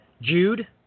Jude